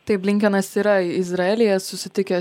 tai blinkinas yra izraelyje susitikęs